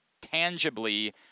Tangibly